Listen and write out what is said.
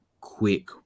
quick